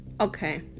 okay